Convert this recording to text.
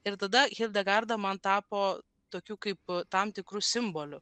ir tada hilda garda man tapo tokiu kaip tam tikru simboliu